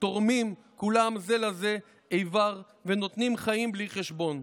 כולם תורמים זה לזה איבר ונותנים חיים בלי חשבון.